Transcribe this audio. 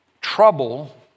Trouble